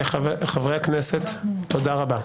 חברי הכנסת, תודה רבה.